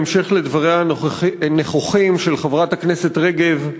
בהמשך לדבריה הנכוחים של חברת הכנסת רגב,